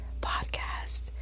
podcast